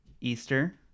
Easter